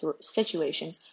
situation